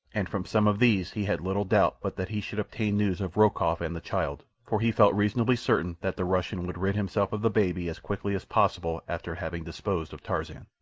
and from some of these he had little doubt but that he should obtain news of rokoff and the child, for he felt reasonably certain that the russian would rid himself of the baby as quickly as possible after having disposed of tarzan.